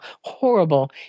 horrible